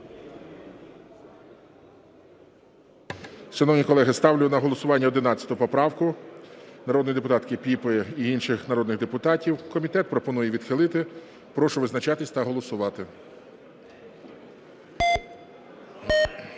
Шановні колеги, ставлю на голосування 11 поправку народної депутатки Піпи і інших народних депутатів. Комітет пропонує відхилити. Прошу визначатись та голосувати.